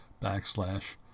backslash